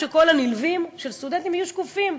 שכל הנלווים של סטודנטים יהיו שקופים.